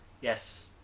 Yes